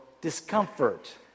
discomfort